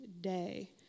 day